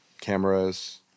cameras